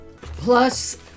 plus